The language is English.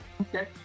Okay